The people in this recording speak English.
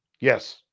Yes